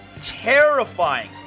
terrifying